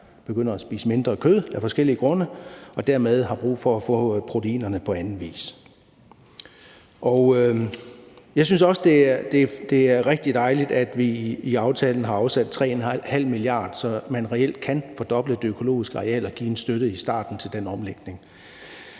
der begynder at spise mindre kød af forskellige grunde, og som derfor har brug for at få proteinerne på anden vis. Jeg synes også, det er rigtig dejligt, at vi i aftalen har afsat 3½ milliarder, så man reelt kan fordoble det økologiske areal og give en støtte i starten til den omlægning.